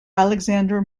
alexander